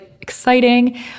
exciting